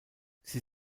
sie